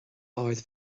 ard